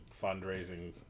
fundraising